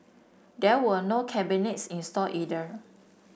there were no cabinets installed either